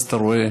אז אתה רואה